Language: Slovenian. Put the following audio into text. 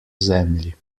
zemlji